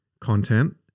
Content